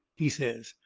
he says.